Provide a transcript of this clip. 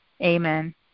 Amen